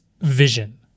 vision